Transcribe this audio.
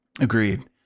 Agreed